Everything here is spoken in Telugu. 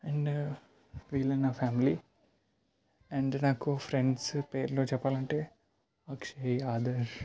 అండ్ వీళ్ళు నా ఫ్యామిలీ అండ్ నాకు ఫ్రెండ్స్ పేర్లు చెప్పాలంటే అక్షయ్ ఆదర్శ్